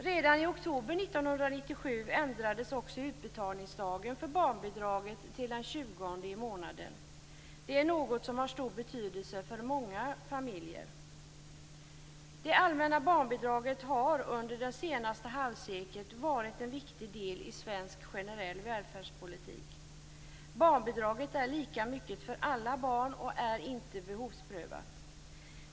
Redan i oktober 1997 ändrades också utbetalningsdagen för barnbidraget till den tjugonde i månaden. Det är något som har stor betydelse för många familjer. Det allmänna barnbidraget har under det senaste halvseklet varit en viktig del i svensk generell välfärdspolitik. Barnbidraget är lika stort för alla barn och är inte behovsprövat.